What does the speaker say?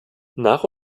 nach